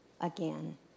again